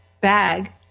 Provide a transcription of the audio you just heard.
bag